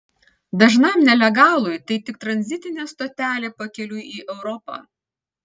dažnam nelegalui tai tik tranzitinė stotelė pakeliui į europą